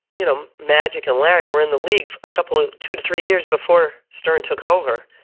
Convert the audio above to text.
you know, magic and larry were in the leagues a couple of two to three years before stern took over.